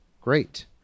Great